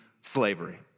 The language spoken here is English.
slavery